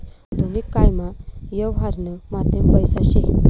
आधुनिक कायमा यवहारनं माध्यम पैसा शे